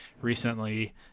recently